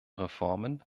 reformen